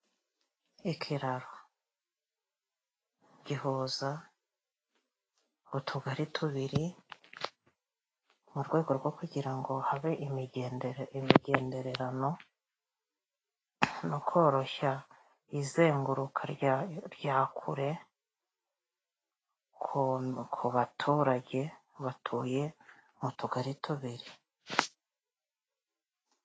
ikiraro gihuza utugari tubiri mu rwego rwo kugirango habe imigendere imigendererano no koroshya izenguruka rya kure kuba baturage batuye mu tugari tubiri.